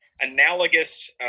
analogous –